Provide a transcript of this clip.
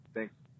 Thanks